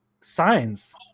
Signs